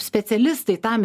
specialistai tam